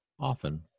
Often